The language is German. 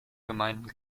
gemeinden